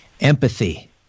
Empathy